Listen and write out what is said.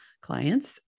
clients